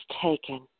taken